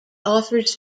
offers